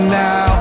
now